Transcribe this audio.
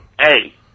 Hey